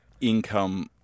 income